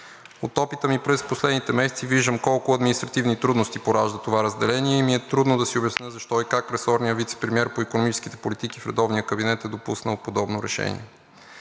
От опита ми през последните месеци виждам колко административни трудности поражда това разделение и ми е трудно да си обясня защо и как ресорният вицепремиер по икономическите политики в редовния кабинет е допуснал подобно решение.